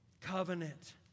Covenant